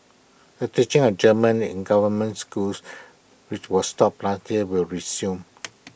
the teaching A German in government schools which was stopped last year will resume